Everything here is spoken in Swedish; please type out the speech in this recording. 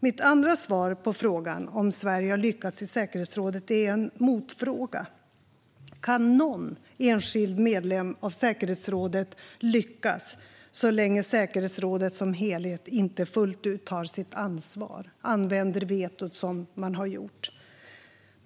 Mitt andra svar på frågan om huruvida Sverige har lyckats i säkerhetsrådet är en motfråga: Kan någon enskild medlem av säkerhetsrådet lyckas så länge säkerhetsrådet som helhet inte fullt ut tar sitt ansvar och så länge man använder vetot som man har gjort?